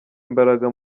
imbaraga